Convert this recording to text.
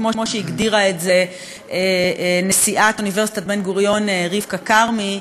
כמו שהגדירה את זה נשיאת אוניברסיטת בן-גוריון רבקה כרמי,